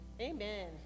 Amen